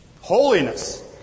holiness